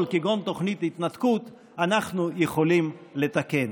כגון תוכנית ההתנתקות אנחנו יכולים לתקן.